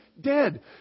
dead